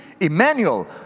Emmanuel